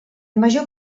major